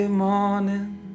morning